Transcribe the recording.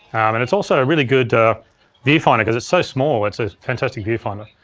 and it's also a really good viewfinder cause it's so small, it's a fantastic viewfinder.